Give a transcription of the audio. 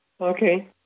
Okay